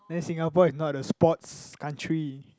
then Singapore is not a sports country